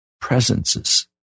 presences